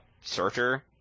Searcher